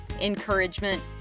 encouragement